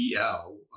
El